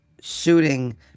shooting